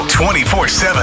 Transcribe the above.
24-7